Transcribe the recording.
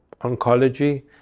oncology